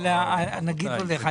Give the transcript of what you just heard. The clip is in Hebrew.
אבל הנגיד הולך.